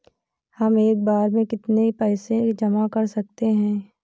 हम एक बार में कितनी पैसे जमा कर सकते हैं?